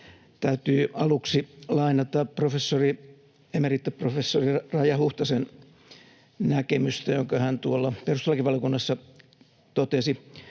täytyy aluksi lainata emeritaprofessori Raija Huhtasen näkemystä, jonka hän tuolla perustuslakivaliokunnassa totesi: